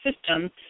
system